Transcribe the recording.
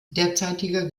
derzeitiger